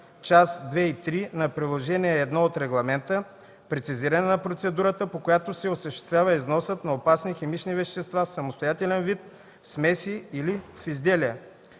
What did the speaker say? част 2 и 3 на Приложение I от регламента, прецизиране на процедурата, по която се осъществява износът на опасни химични вещества в самостоятелен вид, в смеси или в изделия.